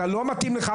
לא מתאים לך?